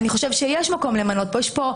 אני חושב שיש מקום למנות מנהל,